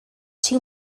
two